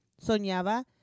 soñaba